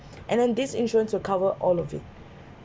and then these insurance will cover all of it